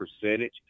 percentage